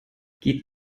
geht